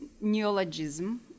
neologism